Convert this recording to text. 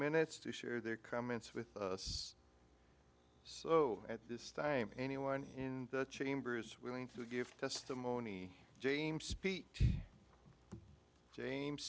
minutes to share their comments with us so at this time anyone in the chamber is willing to give testimony james speak james